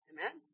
Amen